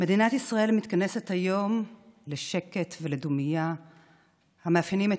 מדינת ישראל מתכנסת היום לשקט ולדומייה המאפיינים את